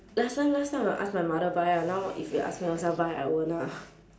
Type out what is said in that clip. last time last time I ask my mother buy ah now if you ask me ownself buy I won't ah